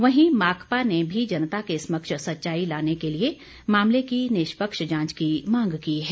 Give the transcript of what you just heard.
वहीं माकपा ने भी जनता के समक्ष सच्चाई लाने के लिए मामले की निष्पक्ष जांच की मांग की है